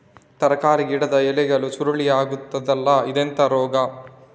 ತರಕಾರಿ ಗಿಡದ ಎಲೆಗಳು ಸುರುಳಿ ಆಗ್ತದಲ್ಲ, ಇದೆಂತ ರೋಗ?